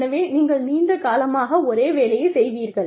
எனவே நீங்கள் நீண்ட காலமாக ஒரே வேலையைச் செய்வீர்கள்